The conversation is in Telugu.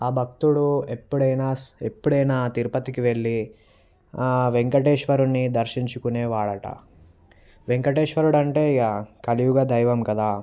ఆ భక్తుడు ఎప్పుడైనా ఎప్పుడైనా తిరుపతికి వెళ్ళి ఆ వేంకటేశ్వరుని దర్శించుకునేవాడట వేంకటేశ్వరుడు అంటే ఇక కలియుగ దైవం కదా